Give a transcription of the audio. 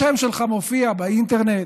השם שלך מופיע באינטרנט,